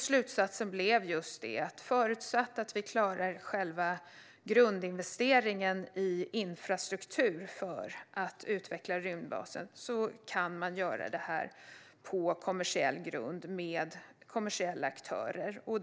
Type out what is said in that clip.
Slutsatsen blev också just att man kan göra det på kommersiell grund, med kommersiella aktörer, förutsatt att vi klarar själva grundinvesteringen i infrastruktur för att utveckla rymdbasen.